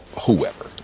whoever